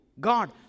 God